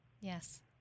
Yes